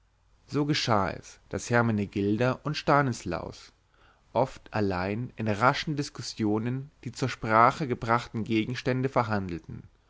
so geschah es daß hermenegilda und stanislaus oft allein in raschen diskussionen die zur sprache gebrachten gegenstände verhandelten